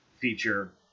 feature